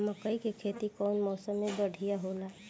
मकई के खेती कउन मौसम में बढ़िया होला?